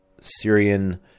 Syrian